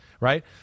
right